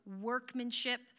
workmanship